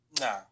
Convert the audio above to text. No